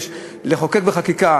אבל אנחנו הקדמנו,